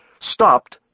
stopped